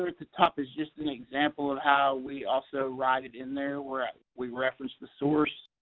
there at the top is just an example of how we also write it in there where we reference the source,